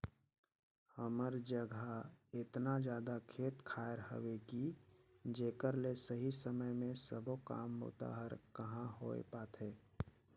हमर जघा एतना जादा खेत खायर हवे कि जेकर ले सही समय मे सबो काम बूता हर कहाँ होए पाथे